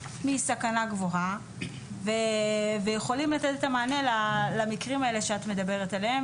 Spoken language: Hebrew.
מסכנה גבוהה ויכולים לתת את המענה למקרים האלה עליהם את מדברת,